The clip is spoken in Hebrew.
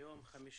היום 5